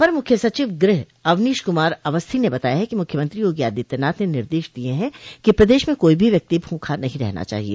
अपर मुख्य सचिव गृह अवनीश कुमार अवस्थी ने बताया कि मुख्यमंत्री योगी आदित्यनाथ ने निर्देश दिये है कि प्रदेश में कोई भी व्यक्ति भूखा नहीं रहना चाहिए